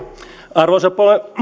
arvoisa